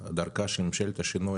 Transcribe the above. דרכה של ממשלת השינוי,